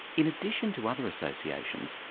in addition to other associations,